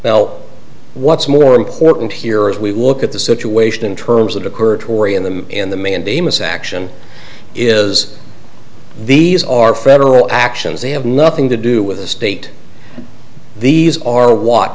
well what's more important here as we look at the situation in terms that occur tory in the in the mandamus action is these are federal actions they have nothing to do with the state these are w